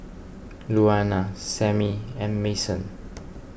Louanna Sammie and Mason